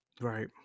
Right